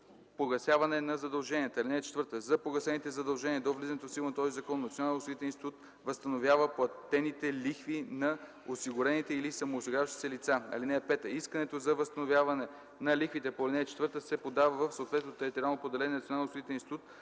погасяване на задълженията. (4) За погасените задължения до влизането в сила на този закон Националният осигурителен институт възстановява платените лихви на осигурените или самоосигуряващите се лица. (5) Искането за възстановяване на лихвите по ал. 4 се подава в съответното териториално поделение на Националния осигурителен институт